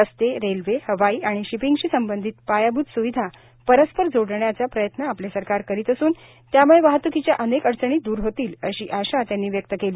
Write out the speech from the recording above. रस्ते रेल्वे हवाई आणि शिपिंगशी संबंधित पायाभूतस्विधा परस्पर जोडण्याचा प्रयन्त आपले सरकार करीत असून त्यामुळे वाहत्कीच्या अनके अडचणी दूर होतील अशी अशा त्यांनी व्यक्त केली